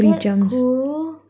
that's cool